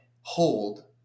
hold